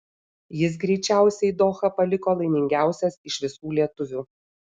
jis greičiausiai dohą paliko laimingiausias iš visų lietuvių